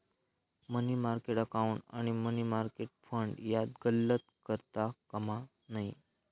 मनी market account आणि money market fund यात गल्लत करता कामा नये